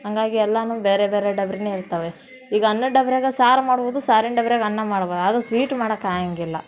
ಹಾಗಾಗಿ ಎಲ್ಲನೂ ಬೇರೆ ಬೇರೆ ಡಬ್ರಿನೇ ಇರ್ತವೆ ಈಗ ಅನ್ನದ ಡಬರ್ಯಾಗ ಸಾರು ಮಾಡ್ಬೋದು ಸಾರಿನ ಡಬ್ರ್ಯಾಗ ಅನ್ನ ಮಾಡ್ಬ ಆದ್ರೆ ಸ್ವೀಟ್ ಮಾಡಕ್ಕೆ ಆಗೋಂಗಿಲ್ಲ